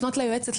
לפנות ליועצת,